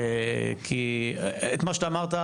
את מה שאמרת